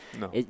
No